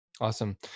Awesome